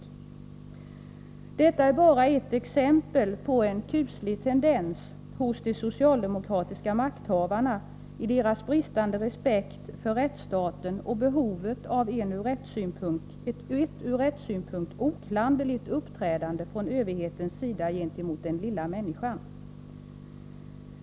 Det är bara ett exempel på en kuslig tendens hos de socialdemokratiska makthavarna, nämligen deras bristande respekt för rättsstaten och behoven av ett från rättssynpunkt oklanderligt uppträdande från överhetens sida gentemot den lilla människan.